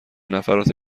نفرات